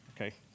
Okay